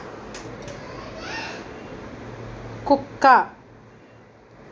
కుక్క